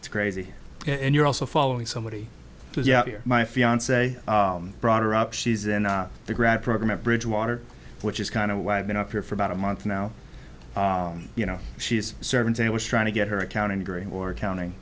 it's crazy and you're also following somebody here my fiance broader up she's in the grad program at bridgewater which is kind of why i've been up here for about a month now you know she's seventeen was trying to get her accounting degree or accounting